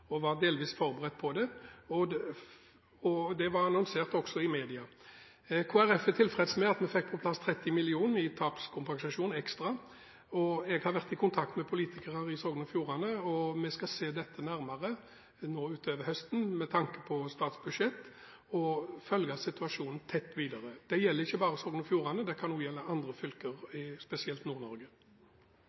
og var delvis forberedt på den, og det var lansert også i media. Kristelig Folkeparti er tilfreds med at vi fikk på plass 30 mill. kr ekstra i tapskompensasjon. Jeg har vært i kontakt med politikere i Sogn og Fjordane, og vi skal se nærmere på dette nå utover høsten med tanke på statsbudsjett og følge situasjonen tett videre. Det gjelder ikke bare Sogn og Fjordane, det kan også gjelde andre fylker, spesielt i